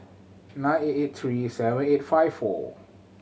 nine eight eight three seven eight five four